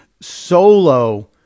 solo